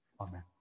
Amen